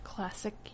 Classic